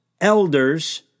elders